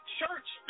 church